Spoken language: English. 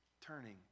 turning